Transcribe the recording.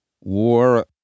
War